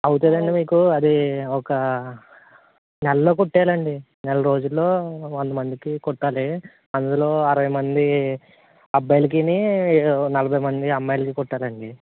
అవుతుందా అండి మీకు అదీ ఒక నెలలో కుట్టేయాలండీ నెల రోజుల్లో వంద మందికి కుట్టాలి అందులో అరవై మంది అబ్బాయలకీని నలభై మంది అమ్మాయిలకి కుట్టాలండి